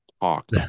talk